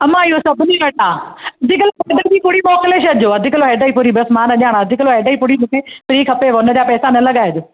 अमा इहो सभिनी वटि आहे हैड जी पुड़ी मोकिले छॾिजो अधु किलो हैड जी पुड़ी बसि मां न ॼाणा अधु किलो हैड जी पुड़ी मूंखे फ्री खपेव उनजा पेसा न लॻाइजो